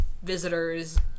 visitors